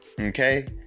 Okay